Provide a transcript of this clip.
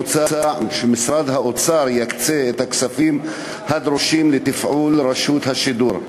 מוצע שמשרד האוצר יקצה את הכספים הדרושים לתפעול רשות השידור.